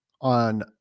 on